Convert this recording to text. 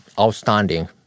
outstanding